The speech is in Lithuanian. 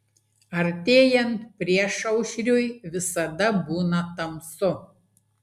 artėjant priešaušriui visada būna tamsu